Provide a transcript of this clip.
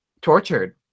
Tortured